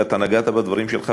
ואתה נגעת בזה בדברים שלך,